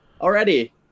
already